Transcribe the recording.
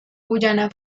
guayana